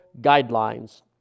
guidelines